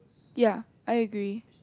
ya I agree